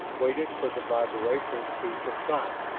waited for the vibrations to subside.